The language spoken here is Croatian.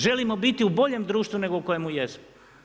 Želimo biti u boljem društvu, nego u kojemu jesmo.